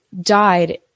died